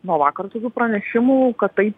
nuo vakar tokių pranešimų kad tai